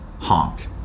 honk